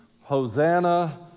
Hosanna